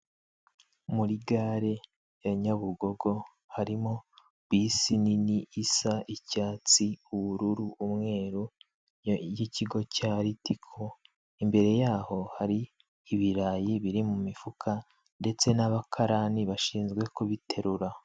Muri gare ya Nyabugogo harimo bisi nini isa icyatsi ubururu umweru y'ikigo cya ritiko, imbere yaho hari ibirayi biri mu mifuka ndetse n'abakarani bashinzwe kubiterura.